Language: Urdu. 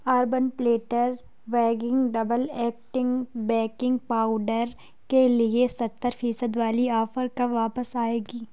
urban platter vegan double acting baking powder کے لیے ستّر فیصد والی آفر کب واپس آئے گی